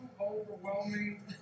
overwhelming